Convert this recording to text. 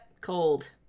cold